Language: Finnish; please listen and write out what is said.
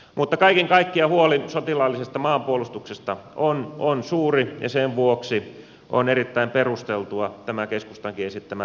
mutta kaiken kaikkiaan huoli sotilaallisesta maanpuolustuksesta on suuri ja sen vuoksi on erittäin perusteltu tämä keskustankin esittämä lisämääräraha tähän